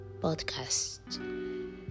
podcast